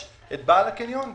יש בעל הקניון,